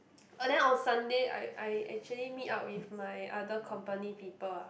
orh then on Sunday I I actually meet up with my other company people ah